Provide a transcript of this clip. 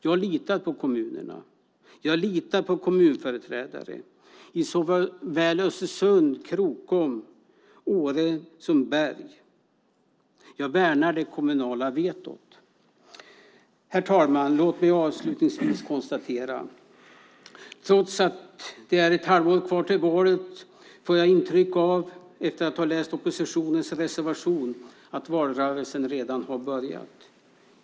Jag litar på kommunerna, jag litar på kommunföreträdare i såväl Östersund, Krokom och Åre som Berg. Jag värnar det kommunala vetot. Herr talman! Låt mig avslutningsvis konstatera att trots att det är ett halvår kvar till valet får jag, efter att ha läst oppositionens reservation, intryck av att valrörelsen redan har börjat.